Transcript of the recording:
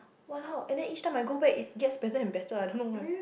!walao! and then each time I go back it just better and better I don't know why